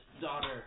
daughter